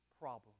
problem